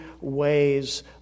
ways